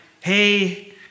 hey